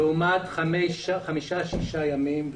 לעומת חמישה-שישה ימים.